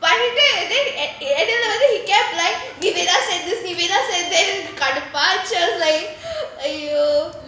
வந்துட்டு இடையில:vanthutu idaiyila then and then he kept like இவன் எதாவுது செஞ்சி:ivan ethaavathu senji she was like !aiyo!